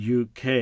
UK